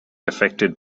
affected